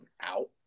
out